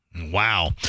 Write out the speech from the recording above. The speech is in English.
Wow